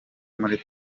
muri